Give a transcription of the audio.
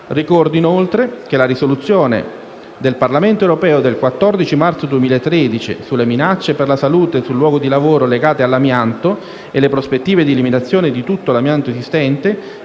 Ricordo, inoltre, che la risoluzione del Parlamento europeo del 14 marzo 2013, sulle minacce per la salute sul luogo di lavoro legate all'amianto e le prospettive di eliminazione di tutto l'amianto esistente,